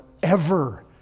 forever